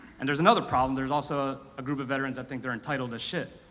and there's another problem, there's also a group of veterans that think they're entitled to shit,